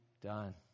done